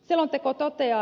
selonteko toteaa